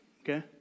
okay